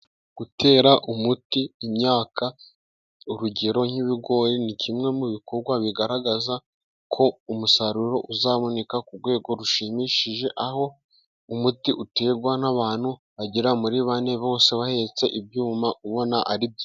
Gutera umuti imyaka, urugero nk'ibigori ni kimwe mu bikorwa bigaragaza ko umusaruro uzaboneka ku rwego rushimishije, aho umuti uterwa n'abantu bagera muri bane bose bahetse ibyuma, ubona ari byiza.